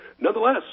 Nonetheless